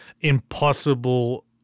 impossible